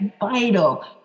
vital